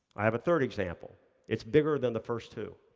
i have a third example it's bigger than the first two.